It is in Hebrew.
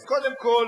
אז קודם כול,